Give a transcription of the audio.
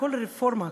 כל הרפורמה,